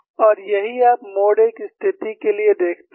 और यही आप मोड 1 स्थिति के लिए देखते हैं